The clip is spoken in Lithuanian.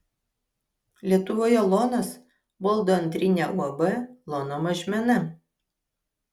lietuvoje lonas valdo antrinę uab lono mažmena